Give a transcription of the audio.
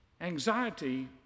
Anxiety